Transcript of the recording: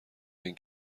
این